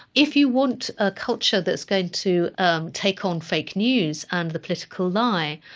if you want a culture that's going to take on fake news, and the political lie,